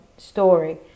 story